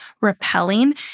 repelling